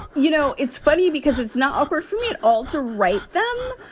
you know, it's funny because it's not awkward for me at all to write them.